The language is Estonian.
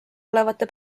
olevate